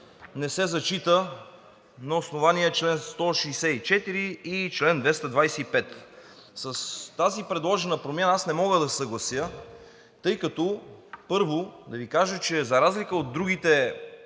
не се зачита на основание чл. 164 и чл. 225. С тази предложена промяна аз не мога да се съглася, тъй като, първо, да Ви кажа, че за разлика от другите